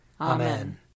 Amen